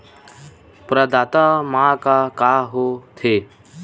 प्रदाता मा का का हो थे?